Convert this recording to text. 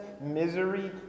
misery